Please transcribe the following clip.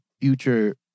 future